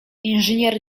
inżynier